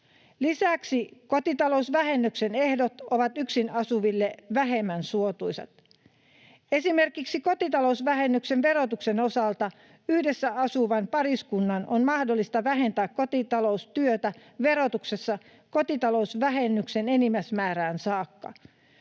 Lisäksi kotitalousvähennyksen ehdot ovat yksin asuville vähemmän suotuisat. Esimerkiksi kotitalousvähennyksen osalta yhdessä asuvan pariskunnan on mahdollista vähentää kotitaloustyötä verotuksessa kotitalousvähennyksen enimmäismäärään saakka.